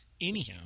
anyhow